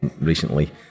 recently